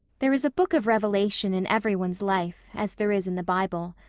there is a book of revelation in every one's life, as there is in the bible.